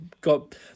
got